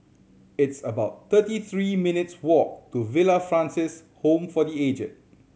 it's about thirty three minutes' walk to Villa Francis Home for The Aged